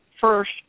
First